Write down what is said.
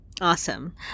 awesome